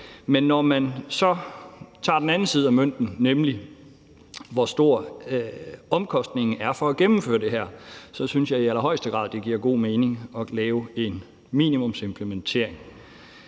Men når man så kigger på den anden side af mønten, nemlig hvor stor omkostningen er for at gennemføre det her, så synes jeg i allerhøjeste grad, det giver god mening at lave en minimumsimplementering.